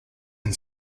and